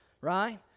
right